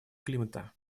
климата